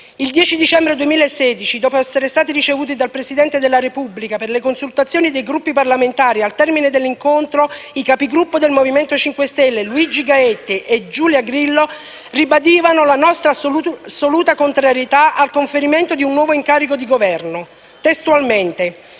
Il 10 dicembre 2016, dopo essere stati ricevuti dal Presidente della Repubblica per le consultazioni dei Gruppi parlamentari, al termine dell'incontro, i capigruppo del Movimento 5 Stelle Luigi Gaetti e Giulia Grillo ribadivano la nostra assoluta contrarietà al conferimento di un nuovo incarico di Governo. Testualmente